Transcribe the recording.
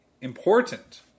important